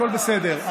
הכול בסדר.